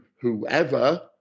whoever